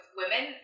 women